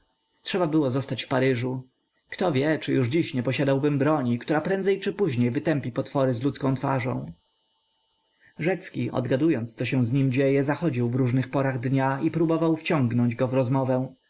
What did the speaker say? trzeba było zostać w paryżu kto wie czy już dziś nie posiadałbym broni która prędzej czy później wytępi potwory z ludzką twarzą rzecki odgadując co się z nim dzieje zachodził w różnych porach dnia i próbował wciągnąć go w rozmowę